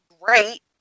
great